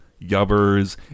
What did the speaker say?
Yubbers